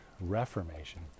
Reformation